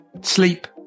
Sleep